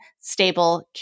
stable